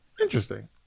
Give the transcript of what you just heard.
interesting